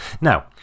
Now